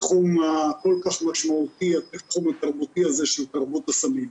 בתחום הכול כך משמעותי של תרבות הסמים.